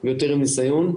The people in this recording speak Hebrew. ויותר עם ניסיון.